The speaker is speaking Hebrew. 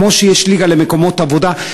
כמו שיש ליגה למקומות עבודה,